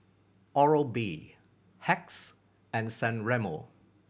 Oral B Hacks and San Remo